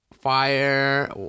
fire